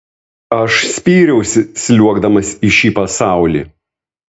aš spyriausi sliuogdamas į šį pasaulį